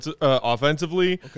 offensively